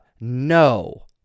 no